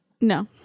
no